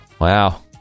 Wow